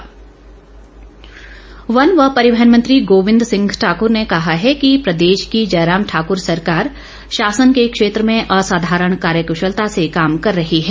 गोविंद ठाक्र वन व परिवहन मंत्री गोविंद सिंह ठाकुर ने कहा है कि प्रदेश की जयराम ठाकुर सरकार शासन के क्षेत्र में आसाधारण कार्यक्शलता से काम कर रही है